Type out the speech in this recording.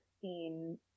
seen